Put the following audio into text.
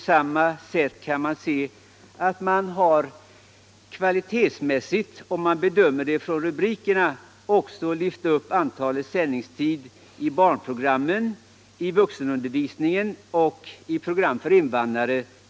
Sändningstiden har ökat även för Barnprogram, Vuxenundervisning och Program för invandrare.